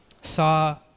saw